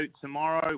tomorrow